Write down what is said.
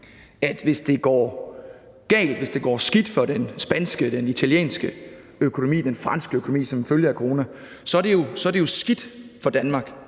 hvis det går galt, hvis det går skidt for den spanske, den italienske, den franske økonomi som følge af corona. Jeg tror, at spørgerens parti